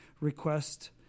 request